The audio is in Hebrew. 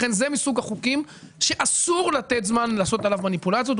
לכן זה מסוג החוקים שאסור לתת זמן לעשות עליו מניפולציות,